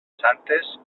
santes